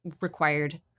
required